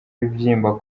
ibibyimba